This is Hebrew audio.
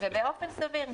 ובאופן סביר.